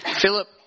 philip